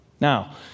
Now